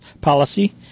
policy